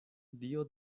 dio